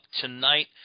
tonight